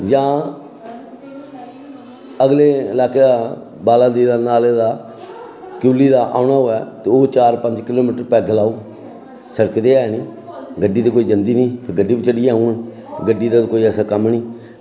जां अगले लाकै दा बाला देआ नाले दा चुल्ली दा औना होऐ ते ओह् चार पंज किलोमीटर पैदल औग सिड़क ते ऐ निं गड्डी ते कोई जंदी निं गड्डी बी चली जंदी गड्डी दा कोई ऐसा कम्म